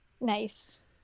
Nice